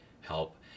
help